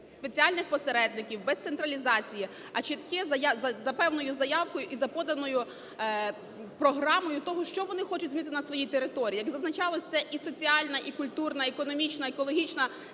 спеціальних посередників, без централізації, а чітке за певною заявкою і за поданою програмою того, що вони хочуть змінити на своїй території. Як і зазначалось, це і соціальна, і культурна, економічна, екологічна